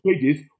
pages